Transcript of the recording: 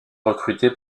recruté